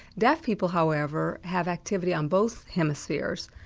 deaf people however have activity on both hemispheres,